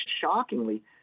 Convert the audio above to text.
shockingly